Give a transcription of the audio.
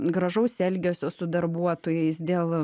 gražaus elgesio su darbuotojais dėl